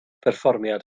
perfformiad